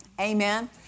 Amen